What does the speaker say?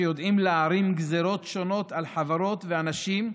שיודעים להרים גזרות שונות על חברות ואנשים,